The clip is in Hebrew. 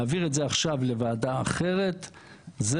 להעביר את זה עכשיו לוועדה אחרת זה